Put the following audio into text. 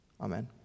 Amen